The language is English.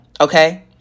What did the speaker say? okay